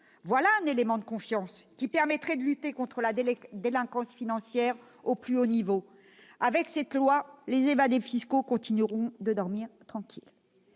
Voilà un élément de confiance qui permettrait de lutter contre la délinquance financière au plus haut niveau. Avec cette loi, les évadés fiscaux continueront de dormir tranquilles.